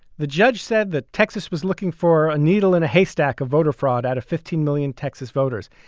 the judge said that texas was looking for a needle in a haystack of voter fraud out of fifteen million texas voters.